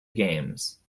games